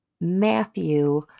Matthew